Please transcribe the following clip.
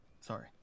Sorry